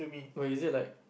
but is it like